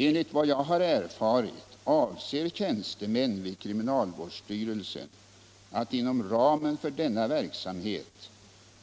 Enligt vad jag har erfarit avser tjänstemän vid kriminlavårdsstyrelsen att inom ramen för denna verksamhet